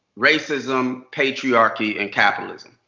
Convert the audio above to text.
racism. patriarchy. and capitalism.